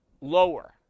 lower